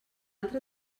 altra